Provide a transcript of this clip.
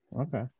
Okay